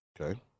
Okay